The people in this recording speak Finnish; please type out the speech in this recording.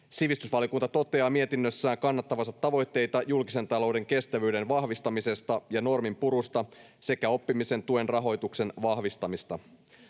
Sivistysvaliokunta toteaa mietinnössään kannattavansa tavoitteita julkisen talouden kestävyyden vahvistamisesta ja norminpurusta sekä oppimisen tuen rahoituksen vahvistamisesta.